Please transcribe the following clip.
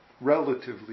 relatively